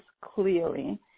clearly